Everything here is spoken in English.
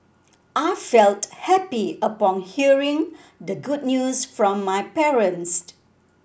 I felt happy upon hearing the good news from my parents